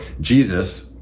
Jesus